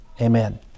Amen